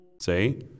Say